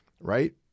right